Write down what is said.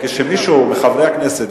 כשמישהו מחברי הכנסת,